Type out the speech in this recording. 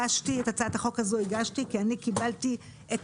הצעת החוק הזאת הגשתי כי קיבלתי את